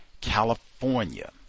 California